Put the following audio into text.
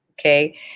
okay